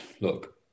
look